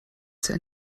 zur